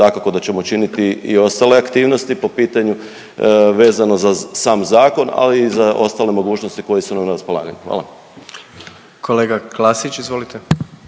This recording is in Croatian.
dakako da ćemo činiti i ostale aktivnosti po pitanju vezano za sam zakon, ali i za ostale mogućnosti koje su nam na raspolaganju. **Jandroković, Gordan